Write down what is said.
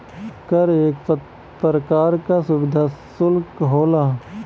कर एक परकार का सुविधा सुल्क होला